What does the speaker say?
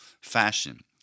fashion